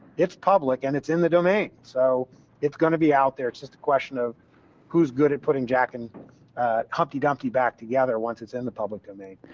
it's public and it's in the domain, so it's going to be out there. it's just a question of who's good at putting jack and and humpty dumpty back together once it's in the public domain.